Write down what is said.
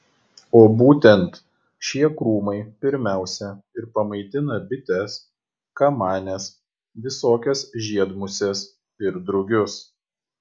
o būtent šie krūmai pirmiausia ir pamaitina bites kamanes visokias žiedmuses ir drugius